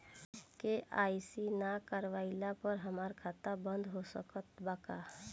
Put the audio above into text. KYC ना करवाइला पर हमार खाता बंद हो सकत बा का?